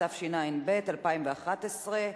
התשע"ב 2011,